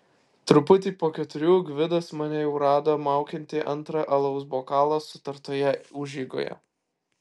truputį po keturių gvidas mane jau rado maukiantį antrą alaus bokalą sutartoje užeigoje